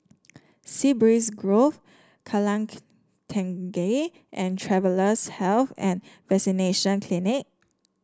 Sea Breeze Grove Kallang Tengah and Travellers' Health and Vaccination Clinic